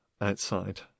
outside